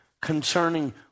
concerning